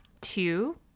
Two